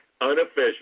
unofficial